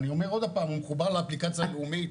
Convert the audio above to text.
אני אומר עוד הפעם, הוא מחובר לאפליקציה הלאומית?